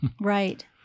Right